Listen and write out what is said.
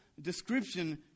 description